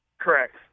Correct